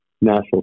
national